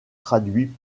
traduit